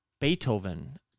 Beethoven